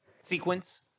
sequence